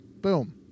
Boom